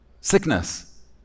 Sickness